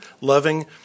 loving